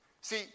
See